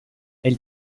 elle